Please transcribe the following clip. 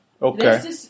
Okay